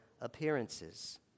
appearances